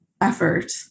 effort